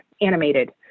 animated